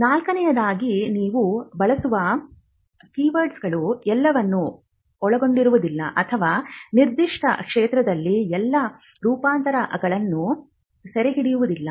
ನಾಲ್ಕನೆಯದಾಗಿ ನೀವು ಬಳಸುವ ಕೀವರ್ಡ್ಗಳು ಎಲ್ಲವನ್ನು ಒಳಗೊಂಡಿರುವುದಿಲ್ಲ ಅಥವಾ ನಿರ್ದಿಷ್ಟ ಕ್ಷೇತ್ರದಲ್ಲಿ ಎಲ್ಲಾ ರೂಪಾಂತರಗಳನ್ನು ಸೆರೆಹಿಡಿಯುವುದಿಲ್ಲ